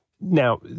Now